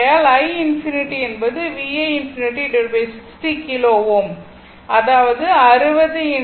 ஆகையால் i ∞ என்பது V 1 ∞60 கிலோ Ω அதாவது 60x